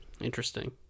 Interesting